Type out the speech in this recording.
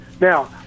Now